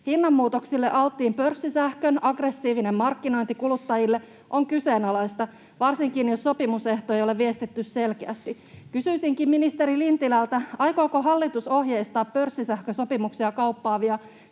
Hinnanmuutoksille alttiin pörssisähkön agg-ressiivinen markkinointi kuluttajille on kyseenalaista, varsinkin jos sopimusehtoja ei ole viestitty selkeästi. Kysyisinkin ministeri Lintilältä: Aikooko hallitus ohjeistaa pörssisähkösopimuksia kauppaavia